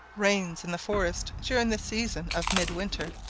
reigns in the forest during the season of midwinter.